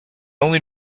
only